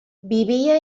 vivia